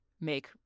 make